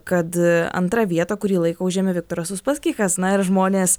kad antrą vietą kurį laiką užėmė viktoras uspaskichas na ir žmonės